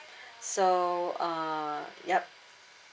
so uh yup